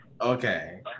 okay